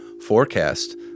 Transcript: forecast